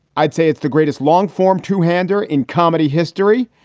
i'd say it's the greatest long form two hander in comedy history.